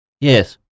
Yes